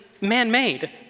man-made